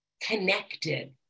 connected